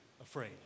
afraid